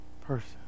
person